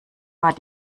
war